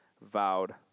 vowed